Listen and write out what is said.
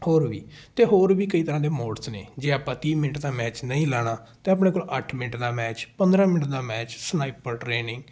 ਹੋਰ ਵੀ ਅਤੇ ਹੋਰ ਵੀ ਕਈ ਤਰ੍ਹਾਂ ਦੇ ਮੋਡਸ ਨੇ ਜੇ ਆਪਾਂ ਤੀਹ ਮਿੰਟ ਦਾ ਮੈਚ ਨਹੀਂ ਲਾਉਣਾ ਤਾਂ ਆਪਣੇ ਕੋਲ ਅੱਠ ਮਿੰਟ ਦਾ ਮੈਚ ਪੰਦਰਾਂ ਮਿੰਟ ਦਾ ਮੈਚ ਸਨਾਈਪਰ ਟ੍ਰੇਨਿੰਗ